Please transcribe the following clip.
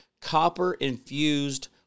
copper-infused